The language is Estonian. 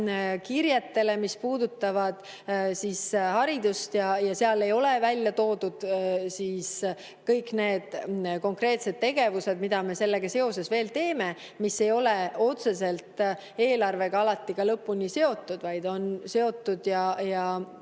kirjetele, mis puudutavad haridust. Seal ei ole välja toodud kõik need konkreetsed tegevused, mida me sellega seoses veel teeme, mis ei ole otseselt eelarvega alati lõpuni seotud, vaid on seotud